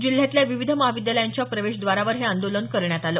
जिल्ह्यातल्या विविध महाविद्यालयांच्या प्रवेश द्वारावर हे आंदोलन झालं